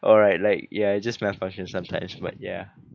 alright like ya it just malfunctions sometimes but ya